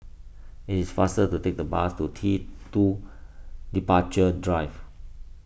it is faster to take the bus to T two Departure Drive